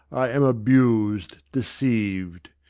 i am abused, deceived.